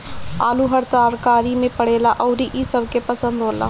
आलू हर तरकारी में पड़ेला अउरी इ सबके पसंद होला